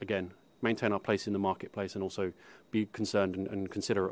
again maintain our place in the marketplace and also be concerned and consider